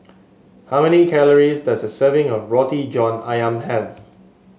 how many calories does a serving of Roti John ayam have